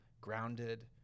grounded